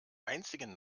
einzigen